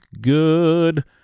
good